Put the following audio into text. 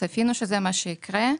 צפינו שזה מה שיקרה.